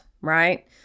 right